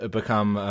become